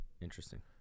Interesting